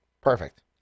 Perfect